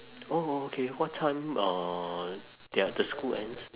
oh okay what time uh their the school ends